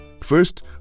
First